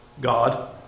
God